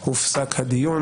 בו הופסק הדיון.